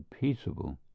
peaceable